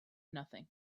nothing